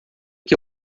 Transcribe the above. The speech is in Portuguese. que